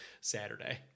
Saturday